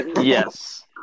Yes